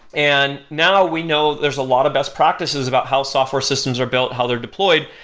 and now we know there's a lot of best practices about how software systems are built, how they're deployed.